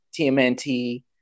TMNT